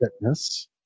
fitness